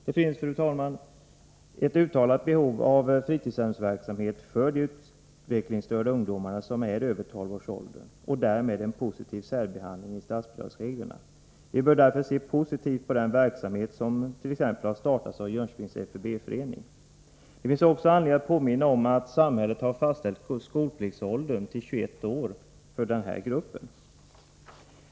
Det finns, fru talman, ett uttalat behov av fritidshemsverksamhet för de utvecklingsstörda ungdomar som är över tolv års ålder och därmed en positiv särbehandling i statsbidragsreglerna. Vi bör därför se positivt på den verksamhet som startat i Jönköpings FUB-förening. Det finns också anledning att påminna om att samhället har fastställt skolpliktsåldern till 21 år för denna grupp.